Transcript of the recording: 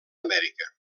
amèrica